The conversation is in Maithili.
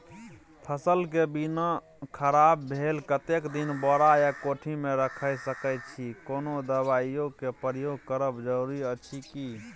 फसल के बीना खराब भेल कतेक दिन बोरा या कोठी मे रयख सकैछी, कोनो दबाईयो के प्रयोग करब जरूरी अछि की?